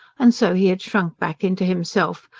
and so he had shrunk back into himself,